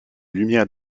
lumière